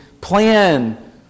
plan